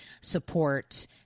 support